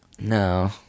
No